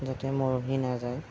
যাতে মৰহি নাযায়